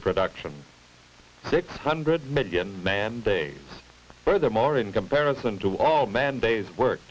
to production six hundred million man days furthermore in comparison to all man day's work